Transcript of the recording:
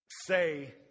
say